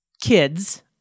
kids